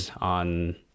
on